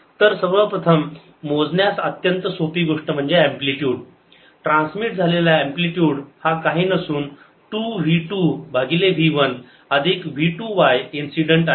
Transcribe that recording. तर सर्वप्रथम मोजण्यास अत्यंत सोपी गोष्ट म्हणजे अँप्लिटयूड ट्रान्समिट झालेला अँप्लिटयूड हा काही नसून 2 v 2 भागिले v 1 अधिक v 2 y इन्सिडेंट आहे